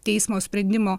teismo sprendimo